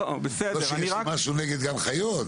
זה לא שיש לי משהו נגד גן חיות.